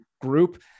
Group